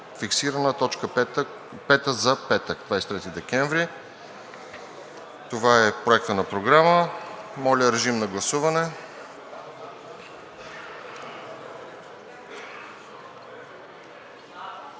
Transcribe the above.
пета за петък, 23 декември 2022 г.“ Това е Проектът на програма. Моля, режим на гласуване.